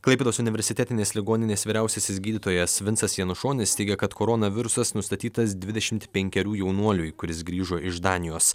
klaipėdos universitetinės ligoninės vyriausiasis gydytojas vincas janušonis teigė kad koronavirusas nustatytas dvidešimt penkerių jaunuoliui kuris grįžo iš danijos